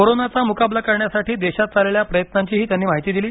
कोरोनाचा मुकाबला करण्यासाठी देशात चाललेल्या प्रयत्नांचीही त्यांनी माहिती दिली